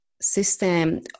system